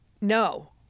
No